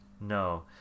No